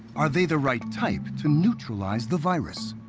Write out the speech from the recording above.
are they the right type to neutralize the virus?